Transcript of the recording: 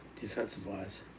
defensive-wise